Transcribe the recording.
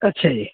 ਅੱਛਾ ਜੀ